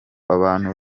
abantu